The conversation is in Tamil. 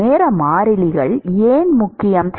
நேர மாறிலிகள் ஏன் முக்கியம்